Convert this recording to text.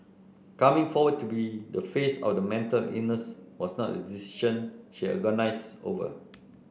coming forward to be the face of the mental illness was not a decision she agonised over